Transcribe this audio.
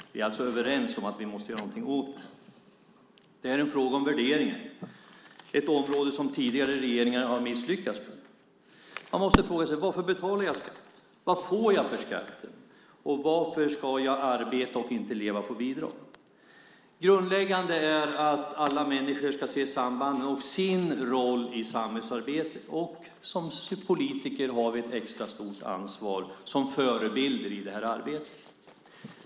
Vi är alltså överens om att vi måste göra någonting åt detta. Det är en fråga om värderingar, ett område som tidigare regeringar har misslyckats med. Man måste fråga sig: Varför betalar jag skatt? Vad får jag för skatten? Varför ska jag arbeta och inte leva på bidrag? Grundläggande är att alla människor ska se sambanden och sin roll i samhällsarbetet. Som politiker har vi ett extra stort ansvar som förebilder i arbetet.